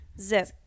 zip